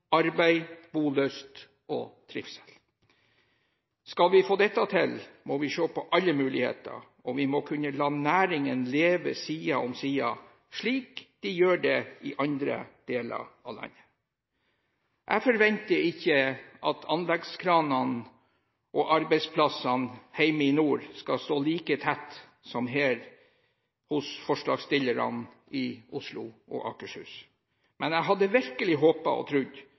arbeid, bolyst og trivsel. Skal vi få dette til, må vi se på alle muligheter, og vi må kunne la næringer leve side om side, slik de gjør det i andre deler av landet. Jeg forventer ikke at anleggskranene og arbeidsplassene hjemme i nord skal stå like tett som her hos forslagsstillerne i Oslo og Akershus, men jeg hadde virkelig håpet og